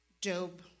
Job